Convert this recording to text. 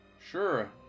Sure